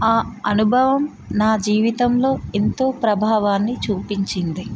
ఆ అనుభవం నా జీవితంలో ఎంతో ప్రభావాన్ని చూపించింది